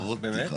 באמת?